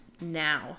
now